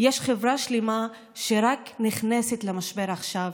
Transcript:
יש חברה שלמה שרק נכנסת למשבר עכשיו,